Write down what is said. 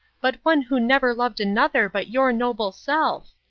but one who never loved another but your noble self.